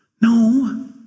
No